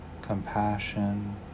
compassion